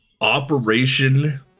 Operation